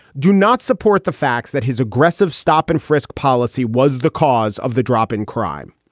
do not support the facts that his aggressive stop and frisk policy was the cause of the drop in crime.